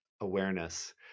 awareness